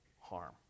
harm